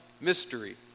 mystery